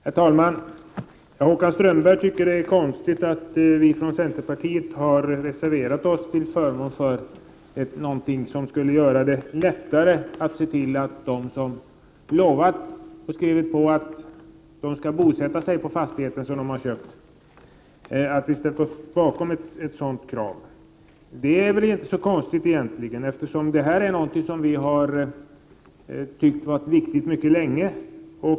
Herr talman! Håkan Strömberg tycker att det är konstigt att vi från centerpartiet har reserverat oss till förmån för ett krav som skulle göra det lättare att se till att de som lovat och skrivit på att de skall bosätta sig på den fastighet de förvärvat verkligen fullföljer detta. Det är väl inte så konstigt egentligen, eftersom detta är något vi har ansett vara viktigt mycket länge. Prot.